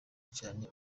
cyane